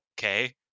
okay